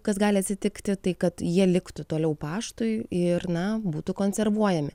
kas gali atsitikti tai kad jie liktų toliau paštui ir na būtų konservuojami